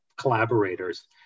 collaborators